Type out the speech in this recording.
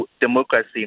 democracy